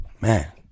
Man